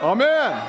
Amen